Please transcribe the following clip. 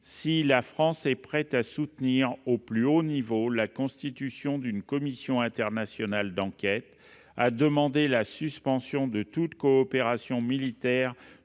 si la France est prête à soutenir au plus haut niveau la constitution d'une commission internationale d'enquête, à demander la suspension de toute coopération militaire